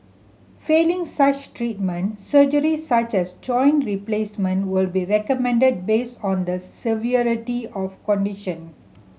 failing such treatment surgery such as joint replacement will be recommended based on the severity of condition